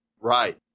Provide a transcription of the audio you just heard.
Right